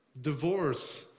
Divorce